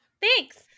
Thanks